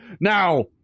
Now